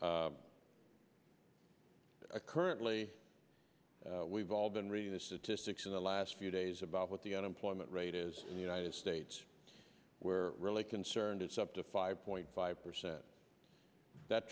currently we've all been reading this is to six in the last few days about what the unemployment rate is in the united states where really concerned it's up to five point five percent that